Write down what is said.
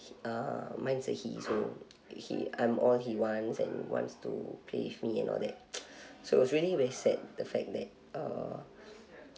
uh mindset he so he I'm all he wants and wants to play with me and all that so it was really very said the fact that uh